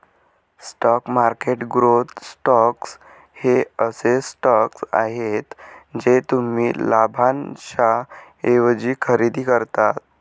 stock market growth stocks हे असे stocks आहेत जे तुम्ही लाभांशाऐवजी खरेदी करता